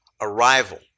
arrival